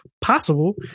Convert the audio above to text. possible